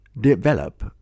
develop